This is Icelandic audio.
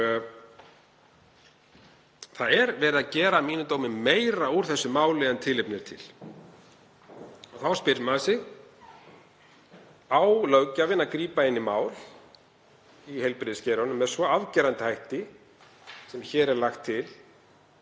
dómi er verið að gera meira úr þessu máli en tilefni er til. Þá spyr maður sig: Á löggjafinn að grípa inn í mál í heilbrigðisgeiranum með svo afgerandi hætti sem hér er lagt til